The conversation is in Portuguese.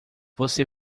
você